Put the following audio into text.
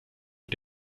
mit